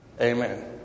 Amen